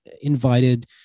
invited